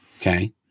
Okay